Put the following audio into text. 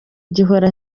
gihora